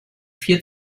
vier